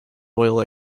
oil